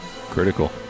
Critical